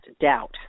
doubt